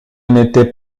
n’était